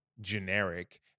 generic